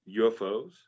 ufos